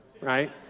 right